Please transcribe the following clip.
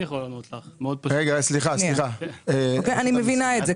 אני מבינה את זה.